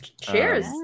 Cheers